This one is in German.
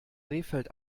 rehfeld